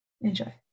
Enjoy